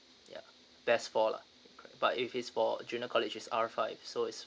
ya there's four lah but if it's for junior college is R five so is